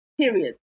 period